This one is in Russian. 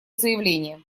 заявление